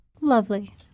Lovely